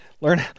Learn